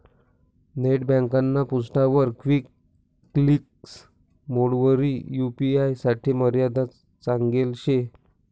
net ब्यांकना पृष्ठावर quick links मेंडवरी यू.पी.आय साठे मर्यादा सांगेल शे